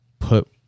put